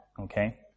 Okay